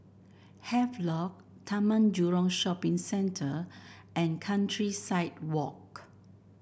Havelock Taman Jurong Shopping Centre and Countryside Walk